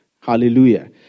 Hallelujah